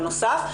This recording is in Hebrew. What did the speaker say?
בנוסף,